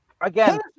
Again